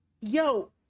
yo